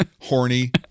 horny